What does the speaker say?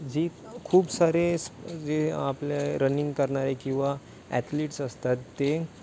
जी खूप सारे जे आपले रनिंग करणारे किंवा ॲथलीट्स असतात ते